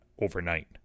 overnight